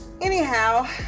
anyhow